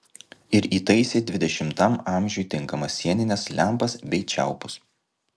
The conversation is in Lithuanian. ir įtaisė dvidešimtam amžiui tinkamas sienines lempas bei čiaupus